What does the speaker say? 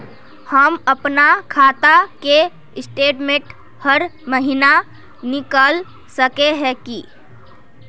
हम अपना खाता के स्टेटमेंट हर महीना निकल सके है की?